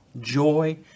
Joy